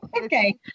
Okay